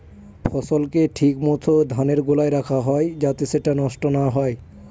ফসলকে ঠিক মত ধানের গোলায় রাখা হয় যাতে সেটা নষ্ট না হয়